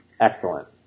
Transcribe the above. Excellent